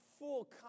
full